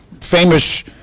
Famous